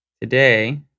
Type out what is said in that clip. Today